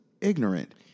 ignorant